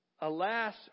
Alas